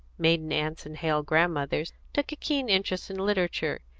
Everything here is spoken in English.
maiden aunts and hale grandmothers, took a keen interest in literature,